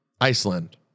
Iceland